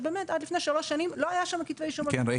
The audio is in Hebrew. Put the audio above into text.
שבאמת עד לפני שלוש שנים לא היה שם כתבי אישום על תאונות עבודה -- כן,